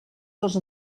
dos